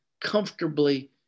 comfortably